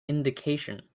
indication